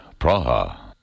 Praha